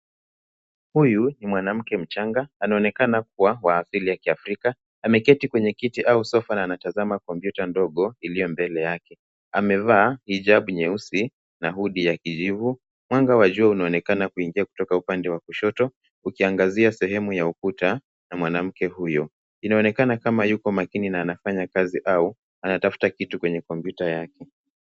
Huyu ni mwanamke mchanga, anaonekana kuwa wa asili ya kiafrika. Ameketi kwenye kiti au kwenye sofa, na anatazama kompyuta ndogo iliyo mbele yake. Amevaa hijabu nyeusi na hoodie ya kijivu. Mwanga wa jua unaonekana kuingia kutoka upande wa kushoto ukiangazia sehemu ya ukuta na mwanamke huyo. Inaonekana kama yuko makini na anafanya kazi, au anatafuta kitu kwenye kompyuta yake.